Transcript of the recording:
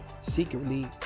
Secretly